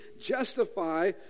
justify